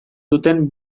duten